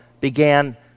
began